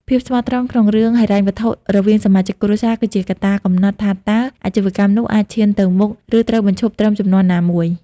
ភាពស្មោះត្រង់ក្នុងរឿងហិរញ្ញវត្ថុរវាងសមាជិកគ្រួសារ គឺជាកត្តាកំណត់ថាតើអាជីវកម្មនោះអាចឈានទៅមុខ ឬត្រូវបញ្ឈប់ត្រឹមជំនាន់ណាមួយ។